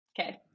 Okay